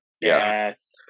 yes